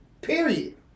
Period